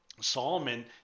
Solomon